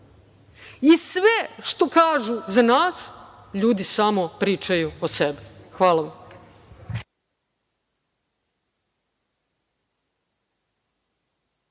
I sve što kažu za nas, ljudi samo pričaju o sebi. Hvala.